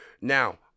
Now